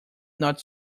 not